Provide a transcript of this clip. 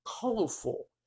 colorful